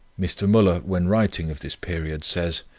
mr. muller when writing of this period says